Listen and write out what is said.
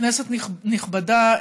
כנסת נכבדה,